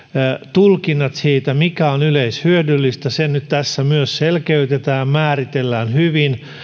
tulkinnat siitä mikä on yleishyödyllistä nyt tässä selkeytetään ja määritellään hyvin